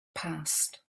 passed